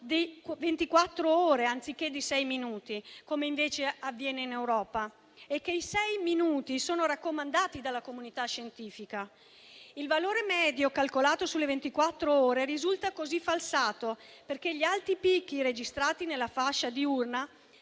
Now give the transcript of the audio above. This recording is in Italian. di 24 ore, anziché di sei minuti (come invece avviene in Europa), e che i sei minuti sono raccomandati dalla comunità scientifica. Il valore medio calcolato sulle ventiquattr'ore risulta così falsato, perché gli alti picchi registrati nella fascia diurna